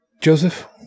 Joseph